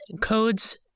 codes